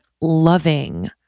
loving